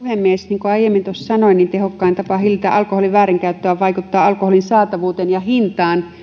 kuin aiemmin tuossa sanoin tehokkain tapa hillitä alkoholin väärinkäyttöä on vaikuttaa alkoholin saatavuuteen ja hintaan